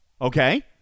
Okay